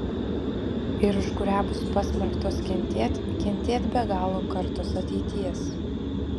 ir už kurią bus pasmerktos kentėt kentėt be galo kartos ateities